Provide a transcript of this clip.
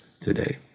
today